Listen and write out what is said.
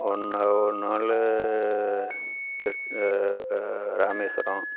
ஒன்று ஒரு நாள் தி ராமேஸ்வரம்